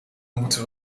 moeten